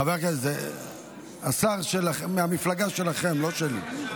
חבר הכנסת, זה שר מהמפלגה שלכם, לא שלי.